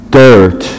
dirt